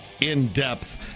in-depth